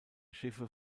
schiffe